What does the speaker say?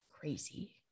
crazy